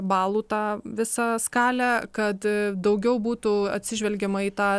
balų tą visą skalę kad daugiau būtų atsižvelgiama į tą